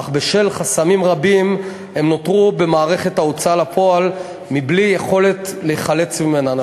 אך בשל חסמים רבים הם נותרו במערכת ההוצאה לפועל בלי יכולת להיחלץ ממנה.